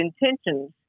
intentions